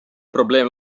probleem